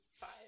five